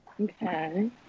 Okay